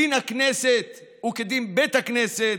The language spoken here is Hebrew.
דין הכנסת הוא כדין בית הכנסת.